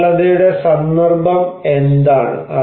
ദുർബലതയുടെ സന്ദർഭം എന്താണ്